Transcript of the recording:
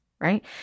right